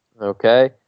Okay